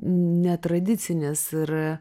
netradicinis ir